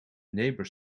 neighbour